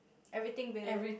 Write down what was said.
everything will